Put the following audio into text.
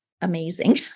amazing